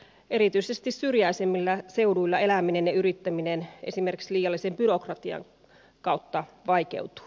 erityisesti syrjäisemmillä seuduilla eläminenyrittäminen esimerkiksi liiallisen byrokratian kautta vaikeutuu